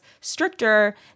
stricter